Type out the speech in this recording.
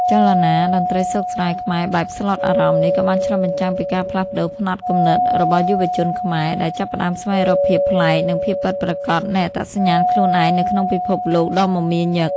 ចលនា តន្ត្រីស្រុកស្រែខ្មែរបែបស្លុតអារម្មណ៍នេះ ក៏បានឆ្លុះបញ្ចាំងពីការផ្លាស់ប្តូរផ្នត់គំនិតរបស់យុវជនខ្មែរ ដែលចាប់ផ្តើមស្វែងរកភាពប្លែក និងភាពពិតប្រាកដនៃអត្តសញ្ញាណខ្លួនឯងនៅក្នុងពិភពលោកដ៏មមាញឹក។